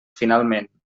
finalment